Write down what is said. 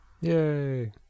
Yay